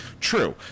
True